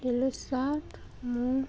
hello sir ମୁଁ